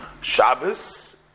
Shabbos